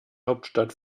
hauptstadt